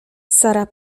sara